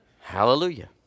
Hallelujah